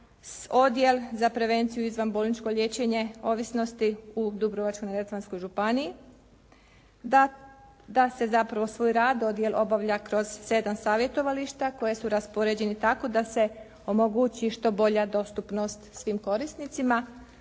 Odjel za prevenciju i izvanbolničko liječenje ovisnosti u Dubrovačko-Neretvanskoj županiji. Da, da se zapravo svoj rad odjel obavlja kroz 7 savjetovališta koja su raspoređena tako da se omogući što bolja dostupnost svim korisnicima